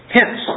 Hence